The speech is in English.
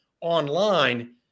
online